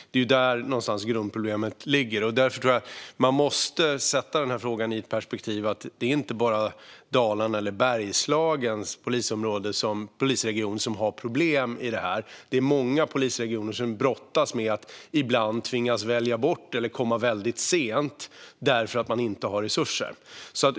Det är där som grundproblemet ligger. Man måste sätta den här frågan i perspektiv. Det är inte bara Dalarna eller Polisregion Bergslagen som har problem, utan det är många polisregioner där polisen ibland måste välja bort vissa insatser eller komma väldigt sent för att man inte har resurser.